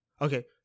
Okay